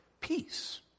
peace